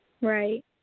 Right